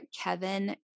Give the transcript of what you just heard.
Kevin